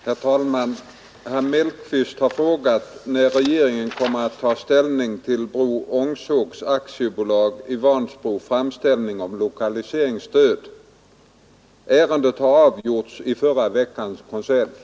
Herr talman! Herr Mellqvist har frågat när regeringen kommer att ta ställning till Bro Ångsågs AB i Vansbro framställning om lokaliseringsstöd. Ärendet har avgjorts i förra veckans konselj.